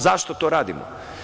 Zašto to radimo?